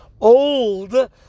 old